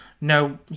no